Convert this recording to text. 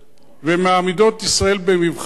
ומעמידות את ישראל במבחן,